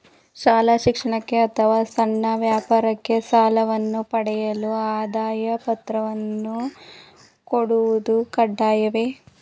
ಶಾಲಾ ಶಿಕ್ಷಣಕ್ಕೆ ಅಥವಾ ಸಣ್ಣ ವ್ಯಾಪಾರಕ್ಕೆ ಸಾಲವನ್ನು ಪಡೆಯಲು ಆದಾಯ ಪತ್ರಗಳನ್ನು ಕೊಡುವುದು ಕಡ್ಡಾಯವೇ?